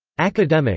academic